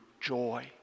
joy